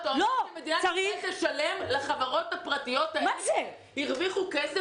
אתה אומר שמדינת ישראל תשלם לחברות הפרטיות האלה שהרוויחו כסף